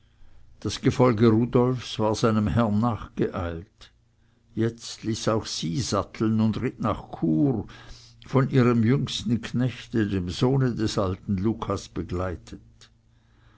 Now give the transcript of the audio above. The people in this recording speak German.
das gefolge rudolfs war seinem herrn nachgeeilt jetzt ließ auch sie satteln und ritt nach chur von ihrem jüngsten knechte dem sohne des alten lucas begleitet